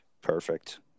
Perfect